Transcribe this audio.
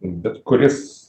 bet kuris